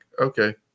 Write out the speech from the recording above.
okay